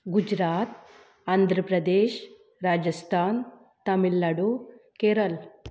Gujarat Andhra Pradesh Rajasthan Tamil Nadu Kerala